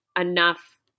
enough